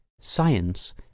Science